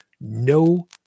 no